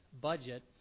budget